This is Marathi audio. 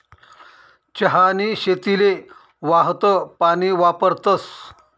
चहानी शेतीले वाहतं पानी वापरतस